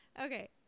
Okay